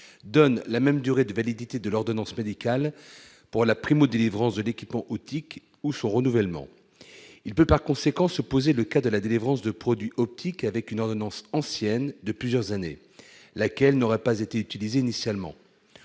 donne la même durée de validité de l'ordonnance médicale pour la primo-délivrance de l'équipement optique ou son renouvellement, il peut par conséquent se poser le cas de la délivrance de produits optiques avec une ordonnance anciennes de plusieurs années, laquelle n'aurait pas été utilisé initialement